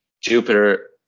Jupiter